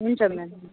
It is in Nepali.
हुन्छ म्याम